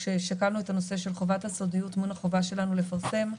כששקלנו את הנושא של חובת הסודיות מול החובה שלנו לפרסם,